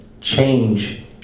change